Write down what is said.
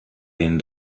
den